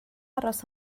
aros